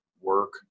work